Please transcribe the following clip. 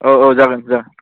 औ औ जागोन जागोन